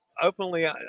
openly